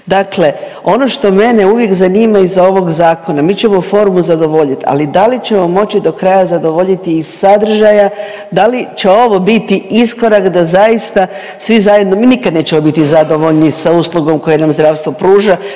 Dakle, ono što mene uvijek zanima iza ovog zakona mi ćemo formu zadovoljiti, ali da li ćemo moći do kraja zadovoljiti i sadržaja, da li će ovo biti iskorak da zaista svi zajedno, mi nikada nećemo biti zadovoljni sa uslugom koju nam zdravstvo pruža